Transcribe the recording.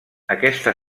aquesta